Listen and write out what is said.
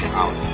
out